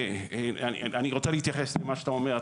אני רוצה רק להתייחס למה שאתה אומר.